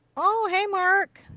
oh hey mark.